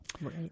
Right